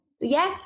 yes